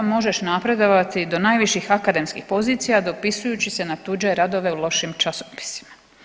Možeš napredovati do najviših akademskih pozicija dopisujući se na tuđe radove u lošim časopisima.